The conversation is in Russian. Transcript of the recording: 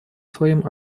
своим